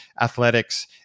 athletics